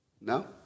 No